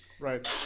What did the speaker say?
Right